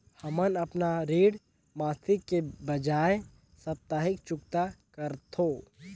हमन अपन ऋण मासिक के बजाय साप्ताहिक चुकता करथों